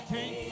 King